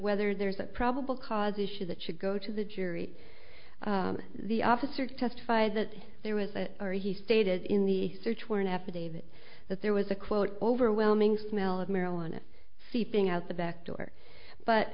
whether there's a probable cause issue that should go to the jury the officer testified that there was a or he stated in the search warrant affidavit that there was a quote overwhelming smell of marijuana seeping out the back door but